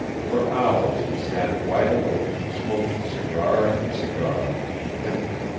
for hours he sat wide-awake, smoking cigar after cigar, and thinking.